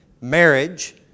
marriage